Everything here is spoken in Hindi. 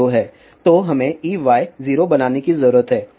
Ez पहले से ही 0 हैं तो हमें Ey 0 बनाने की जरूरत है